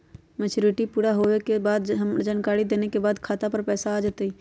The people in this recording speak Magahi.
मैच्युरिटी पुरा होवे के बाद अपने के जानकारी देने के बाद खाता पर पैसा आ जतई?